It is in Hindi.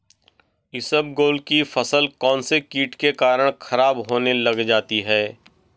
इसबगोल की फसल कौनसे कीट के कारण खराब होने लग जाती है?